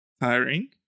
tiring